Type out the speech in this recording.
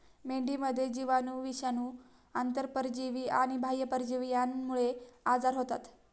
मेंढीमध्ये जीवाणू, विषाणू, आंतरपरजीवी आणि बाह्य परजीवी यांमुळे आजार होतात